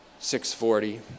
6.40